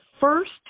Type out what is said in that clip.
first